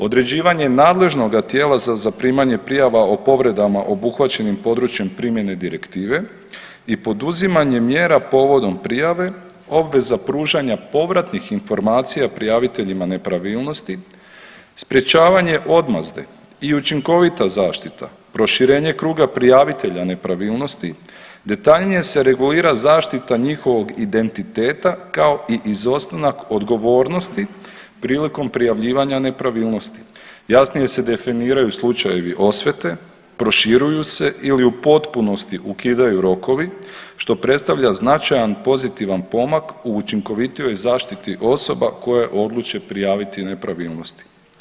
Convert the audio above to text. Određivanje nadležnoga tijela za zaprimanje prijava o povredama obuhvaćenim područjem primjene direktive i poduzimanje mjera povodom prijave, obveza pružanja povratnih informacija prijaviteljima nepravilnosti, sprječavanje odmazde i učinkovita zaštita, proširenje kruga prijavitelja nepravilnosti, detaljnije se regulira zaštita njihovog identiteta, kao i izostanak odgovornosti prilikom prijavljivanja nepravilnosti, jasnije se definiraju slučajevi osvete, proširuju se ili u potpunosti ukidaju rokovi, što predstavlja značajan pozitivan pomak u učinkovitijoj zaštiti osoba koje odluče prijaviti nepravilnosti.